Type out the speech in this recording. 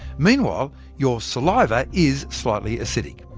meanwhile, your saliva is slightly acidic.